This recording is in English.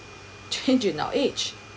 change in our age